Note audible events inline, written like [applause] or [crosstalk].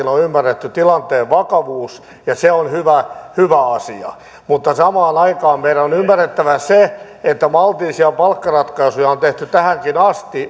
[unintelligible] on on ymmärretty tilanteen vakavuus ja se on hyvä hyvä asia mutta samaan aikaan meidän on ymmärrettävä se että maltillisia palkkaratkaisuja on tehty tähänkin asti [unintelligible]